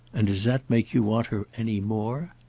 and does that make you want her any more?